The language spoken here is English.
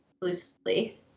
loosely